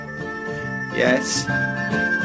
Yes